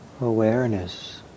awareness